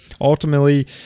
ultimately